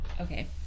Okay